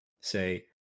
say